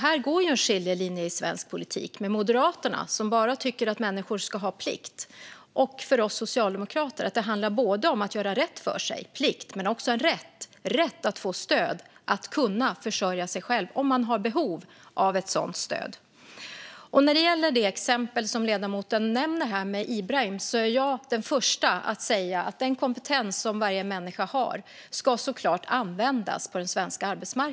Här går en skiljelinje i svensk politik mot Moderaterna, som bara tycker att människor ska ha plikt. För oss socialdemokrater handlar det om att göra rätt för sig, plikt, men också om en rätt att få stöd att kunna försörja sig själv om man har behov av ett sådant stöd. När det gäller det exempel som ledamoten nämner här med Ibrahim är jag den första att säga att den kompetens som varje människa har såklart ska användas på den svenska arbetsmarknaden.